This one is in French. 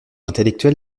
intellectuel